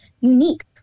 unique